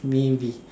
maybe